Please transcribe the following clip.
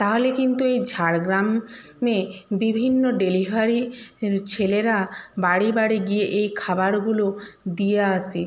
তাহলে কিন্তু এই ঝাড়গ্রাম এ বিভিন্ন ডেলিভারি ছেলেরা বাড়ি বাড়ি গিয়ে এই খাবারগুলো দিয়ে আসে